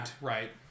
right